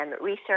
Research